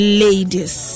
ladies